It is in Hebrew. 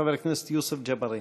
חבר הכנסת יוסף ג'בארין.